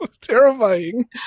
terrifying